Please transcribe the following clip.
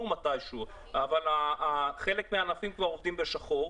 מתישהו אבל חלק מן הענפים כבר עובדים בשחור.